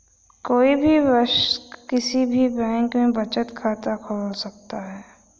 कोई भी वयस्क किसी भी बैंक में बचत खाता खोल सकता हैं